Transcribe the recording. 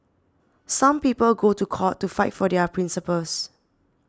some people go to court to fight for their principles